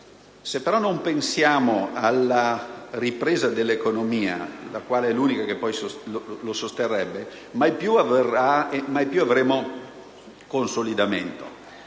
Se però non pensiamo alla ripresa dell'economia, che poi è l'unico elemento che lo sosterrebbe, mai più avremo consolidamento.